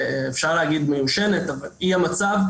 אפשר לומר מיושנת אבל היא המצב,